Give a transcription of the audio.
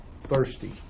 thirsty